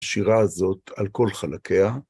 שירה הזאת על כל חלקיה.